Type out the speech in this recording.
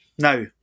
Now